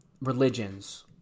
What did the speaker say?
religions